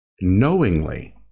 knowingly